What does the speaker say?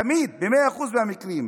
תמיד, ב-100%, ב-100% של המקרים.